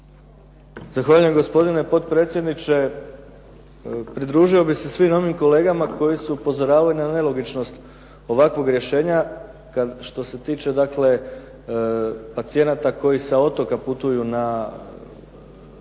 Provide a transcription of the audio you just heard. Zahvaljujem gospodine potpredsjedniče. Pridružio bih se svim onim kolegama koji su upozoravali na nelogičnost ovakvog rješenja, što se tiče dakle pacijenata koji sa otoka putuju na